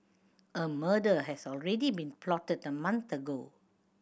a murder has already been plotted a month ago